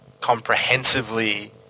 comprehensively